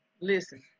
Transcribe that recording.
listen